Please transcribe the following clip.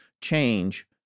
change